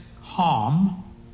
harm